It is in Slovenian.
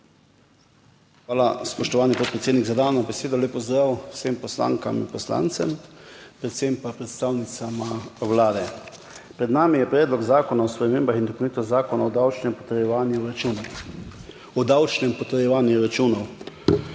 Hvala, spoštovani podpredsednik za dano besedo. Lep pozdrav vsem poslankam in poslancem, predvsem pa predstavnicam Vlade! Pred nami je Predlog zakona o spremembah in dopolnitvah Zakona o davčnem potrjevanju računov. O davčnem potrjevanju računov.